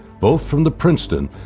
both from the princeton,